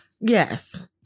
yes